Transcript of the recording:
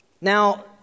Now